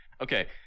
Okay